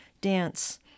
dance